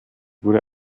wurde